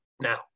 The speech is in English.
now